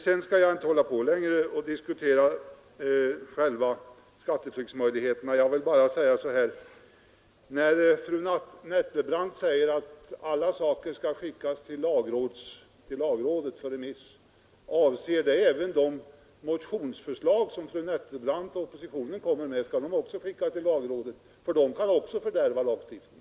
Sedan skall jag inte diskutera skatteflyktsmöjligheterna längre utan vill bara fråga fru Nettelbrandt, när hon säger att alla lagar skall skickas till lagrådet på remiss: Avser det också de motionsförslag som fru Nettelbrandt och oppositionen presenterar? Skall de också skickas till lagrådet? De kan nämligen också fördärva lagstiftningen.